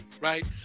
right